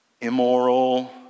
immoral